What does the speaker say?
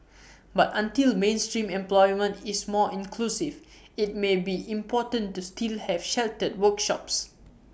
but until mainstream employment is more inclusive IT may be important to still have sheltered workshops